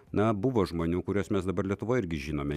na buvo žmonių kuriuos mes dabar lietuvoje irgi žinome